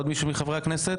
עוד מישהו מחברי הכנסת?